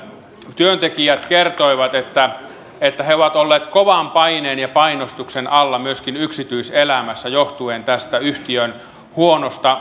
työntekijät kertoivat että että he ovat olleet kovan paineen ja painostuksen alla myöskin yksityiselämässään johtuen tästä yhtiön huonosta